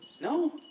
No